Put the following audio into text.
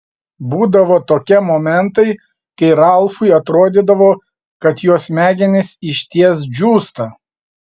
būdavo tokie momentai kai ralfui atrodydavo kad jo smegenys išties džiūsta